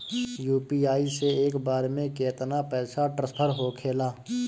UPI से एक बार मे केतना पैसा ट्रस्फर होखे ला?